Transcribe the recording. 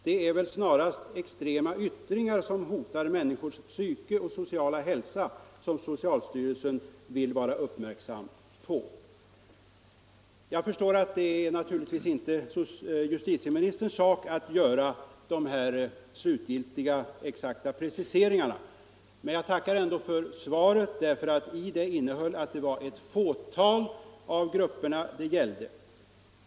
Det är väl snarast extrema yttringar som hotar människors psyke och sociala hälsa, som Socialstyrelsen vill vara uppmärksam på.” Det är naturligtvis inte justitieministerns sak att göra de här slutgiltiga exakta preciseringarna. Men jag tackar ändå för svaret, därför att det innehöll ett besked att det var ett fåtal av grupperna det gällde.